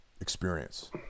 experience